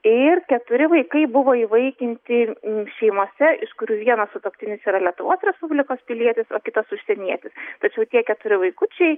ir keturi vaikai buvo įvaikinti šeimose iš kurių vienas sutuoktinis yra lietuvos respublikos pilietis o kitas užsienietis tačiau tie keturi vaikučiai